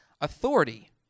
authority